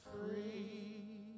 free